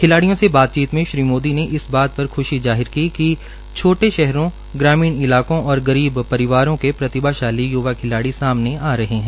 खिलाड़ियों से बातचीत मे श्री मोदी ने इस बात पर ख्शी जाहिर की कि छोटे शहरों ग्रामीण इलाकों और गरीब परिवारों के प्रतिभाशाली यूवा खिलाड़ी सामने आ रह है